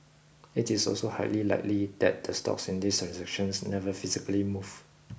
it is also highly likely that the stocks in these transactions never physically moved